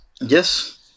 Yes